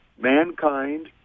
mankind